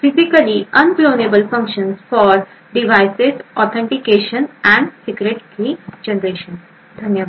physically unclonable functions for device authentication and secret key generation